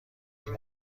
این